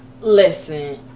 Listen